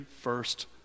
first